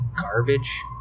garbage